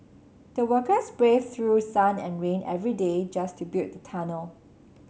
the workers braved through sun and rain every day just to build the tunnel